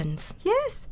Yes